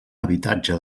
habitatge